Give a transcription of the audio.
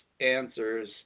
answers